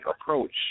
approach